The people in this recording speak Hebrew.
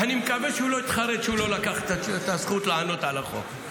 אני מקווה שהוא לא יתחרט שהוא לא לקח את הזכות לענות על החוק,